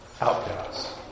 outcasts